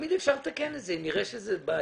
תמיד אפשר לתקן את זה, אם נראה שזה בעייתי.